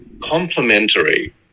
complementary